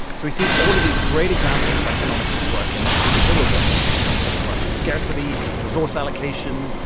so he sees all of these great examples of economics at work in the superhero world, concepts like scarcity, resource allocation,